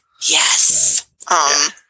Yes